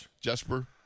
Jesper